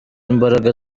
imbaraga